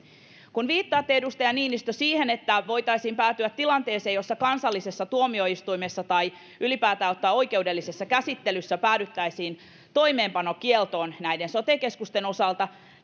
kun viittaatte edustaja niinistö siihen että voitaisiin päätyä tilanteeseen jossa kansallisessa tuomioistuimessa tai ylipäätään ottaen oikeudellisessa käsittelyssä päädyttäisiin toimeenpanokieltoon näiden sote keskusten osalta